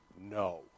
no